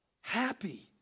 Happy